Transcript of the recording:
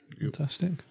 Fantastic